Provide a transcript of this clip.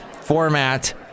format